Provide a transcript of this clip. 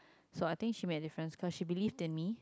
so I think she make different cause she believe than me